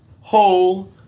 whole